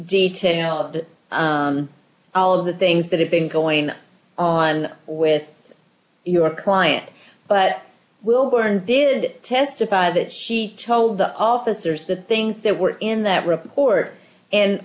detail of the all of the things that have been going on with your client but we were and did testify that she told the officers the things that were in that report and